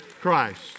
Christ